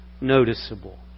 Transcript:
noticeable